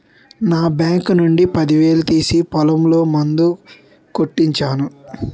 నా బాంకు నుండి పదివేలు తీసి పొలంలో మందు కొట్టించాను